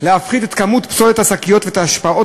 להפחית את כמות פסולת השקיות ואת ההשפעות